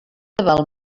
val